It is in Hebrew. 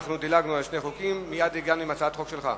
אנחנו דילגנו על שני חוקים ומייד הגענו להצעת החוק שלך.